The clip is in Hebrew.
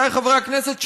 עמיתיי חברי הכנסת,